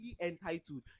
entitled